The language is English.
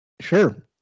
Sure